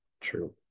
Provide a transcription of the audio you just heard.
true